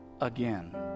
again